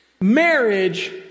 Marriage